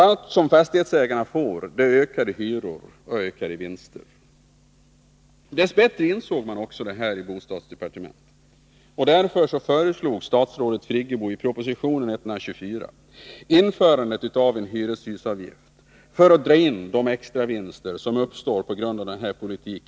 Allt fastighetsägarna får är ökade hyror och ökade vinster. Dess bättre insåg man detta också i bostadsdepartementet, och därför föreslog statsrådet Friggebo i proposition 124 införandet av en hyreshusavgift för att till staten dra in de extravinster som uppstår på grund av denna politik.